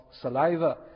saliva